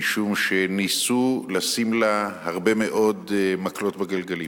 משום שניסו לשים לה הרבה מאוד מקלות בגלגלים.